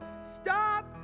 Stop